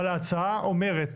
אבל ההצעה אומרת